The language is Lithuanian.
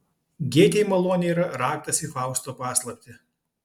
gėtei malonė yra raktas į fausto paslaptį